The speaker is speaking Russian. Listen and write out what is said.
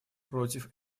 против